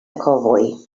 cowboy